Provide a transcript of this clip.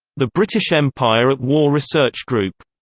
the british empire at war research group,